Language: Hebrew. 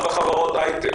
גם בחברות הייטק.